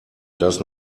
does